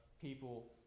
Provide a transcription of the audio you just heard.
people